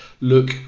look